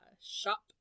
shop